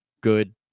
good